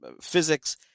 physics